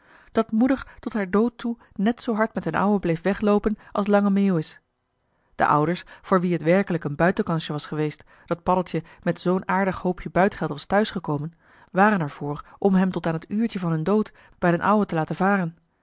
dat moeder tot haar dood toe net zoo hard met d'n ouwe bleef wegloopen als lange meeuwis de ouders voor wie het werkelijk een buitenkansje was geweest dat paddeltje met zoo'n aardig hoopje buitgeld was thuisgekomen waren er voor om hem tot aan het uurtje van hun dood bij d'n ouwe te laten varen